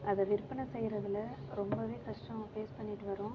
அதை விற்பனை செய்யறதுல ரொம்பவுமே கஷ்டங்களை ஃபேஸ் பண்ணிகிட்டு வரோம்